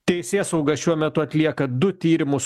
teisėsauga šiuo metu atlieka du tyrimus